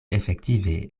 efektive